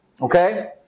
Okay